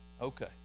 okay